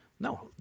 No